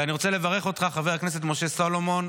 ואני רוצה לברך אותך, חבר הכנסת משה סלומון.